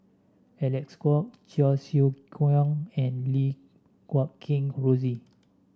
Alec Kuok Cheong Siew Keong and Lim Guat Kheng Rosie